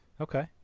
Okay